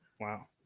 Wow